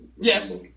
Yes